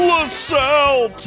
LaSalle